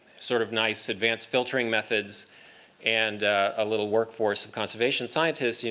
sort of nice, advanced filtering methods and a little workforce of conservation scientists, yeah